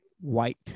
White